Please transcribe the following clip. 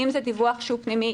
אם זה דיווח שהוא פנימי,